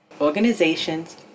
Organizations